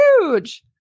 Huge